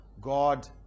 God